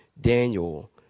Daniel